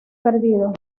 perdido